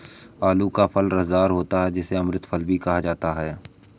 आलू का फल रसदार होता है जिसे अमृत फल भी कहा जाता है